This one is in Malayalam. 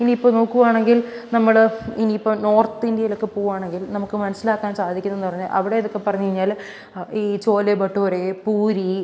ഇനി ഇപ്പോൾ നോക്കുകയാണെങ്കിൽ നമ്മൾ ഇനി ഇപ്പം നോർത്ത് ഇന്ത്യയിലൊക്കെ പോവുകയാണെങ്കിൽ നമുക്ക് മനസ്സിലാക്കാൻ സാധിക്കുന്നതെന്ന് പറഞ്ഞാൽ അവിടെ എന്നെക്കെ പറഞ്ഞു കഴിഞ്ഞാൽ ആ ഈ ചോല ഭട്ടൂര പൂരി